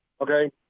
Okay